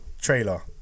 trailer